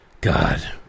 God